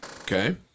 Okay